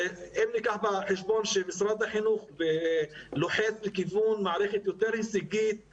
אם ניקח בחשבון שמשרד החינוך לוחץ לכיוון מערכת יותר הישגית,